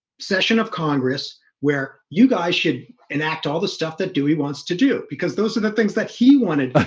session of congress where you guys should enact all the stuff that dewey wants to do because those are the things that he wanted but